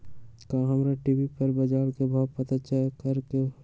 का हमरा टी.वी पर बजार के भाव पता करे के होई?